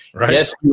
Yes